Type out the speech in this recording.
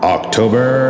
October